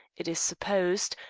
it is supposed,